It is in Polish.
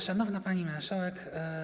Szanowna Pani Marszałek!